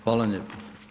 Hvala vam lijepo.